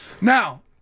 Now